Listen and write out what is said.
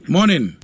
Morning